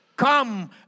Come